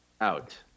Out